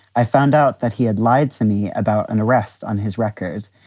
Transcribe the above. i found out that he had lied to me about an arrest on his records.